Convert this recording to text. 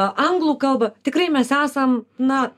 anglų kalbą tikrai mes esam na